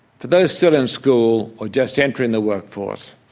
for those still in school or just entering the workforce,